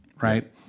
Right